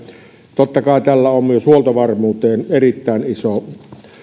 totta kai tällä on myös huoltovarmuuteen erittäin iso